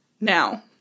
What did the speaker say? Now